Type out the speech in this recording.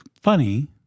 funny—